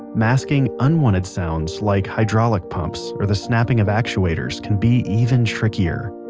masking unwanted sounds like hydraulic pumps or the snapping of actuators can be even trickier.